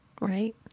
right